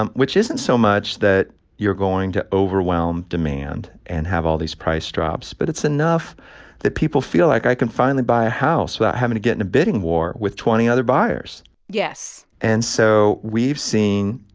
um which isn't so much that you're going to overwhelm demand and have all these price drops, but it's enough that people feel like i can finally buy a house without having to get in a bidding war with twenty other buyers yes and so we've seen